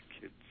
kids